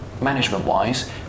management-wise